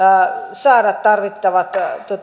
saada tarvittavat